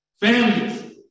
Families